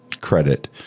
credit